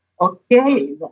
Okay